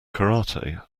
karate